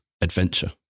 Adventure